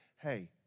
hey